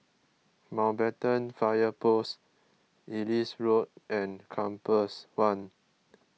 Mountbatten Fire Post Ellis Road and Compass one